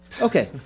Okay